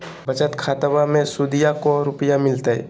बचत खाताबा मे सुदीया को रूपया मिलते?